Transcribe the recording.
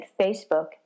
Facebook